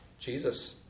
Jesus